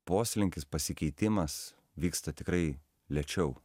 poslinkis pasikeitimas vyksta tikrai lėčiau